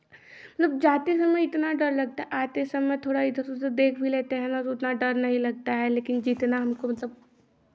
मतलब जाते समय इतना डर लगता है आते समय थोड़ा इधर उधर देख भी लेते हैं ना उतना डर नहीं लगता है लेकिन जितना हमको मतलब